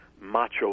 macho